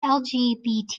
lgbt